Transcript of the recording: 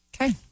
Okay